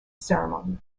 ceremony